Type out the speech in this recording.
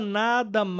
nada